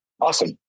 Awesome